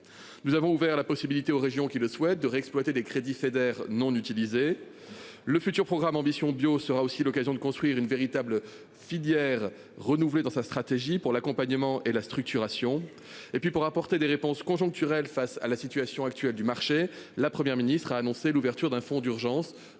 Nous avons ouvert la possibilité aux régions qui le souhaitent d'heure exploiter des crédits fédère non utilisées. Le futur programme Ambition bio sera aussi l'occasion de construire une véritable filière renouvelé dans sa stratégie pour l'accompagnement et la structuration et puis pour apporter des réponses conjoncturelles, face à la situation actuelle du marché. La Première ministre a annoncé l'ouverture d'un fonds d'urgence doté